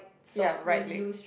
ya right leg